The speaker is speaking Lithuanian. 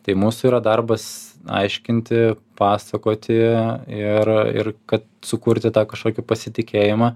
tai mūsų yra darbas aiškinti pasakoti ir ir kad sukurti tą kažkokį pasitikėjimą